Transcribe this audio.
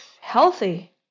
healthy